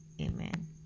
Amen